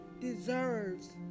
deserves